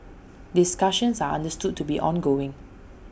discussions are understood to be ongoing